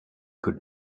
could